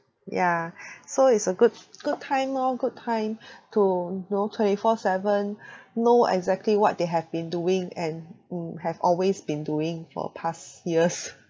ya so it's a good good time orh good time to know twenty four seven know exactly what they have been doing and mm have always been doing for past years